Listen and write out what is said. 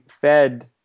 fed